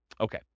Okay